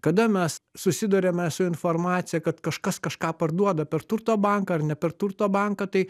kada mes susiduriame su informacija kad kažkas kažką parduoda per turto banką ar ne per turto banką tai